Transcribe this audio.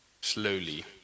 slowly